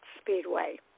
Speedway